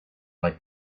like